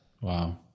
Wow